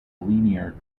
linear